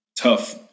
tough